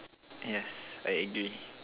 yes I agree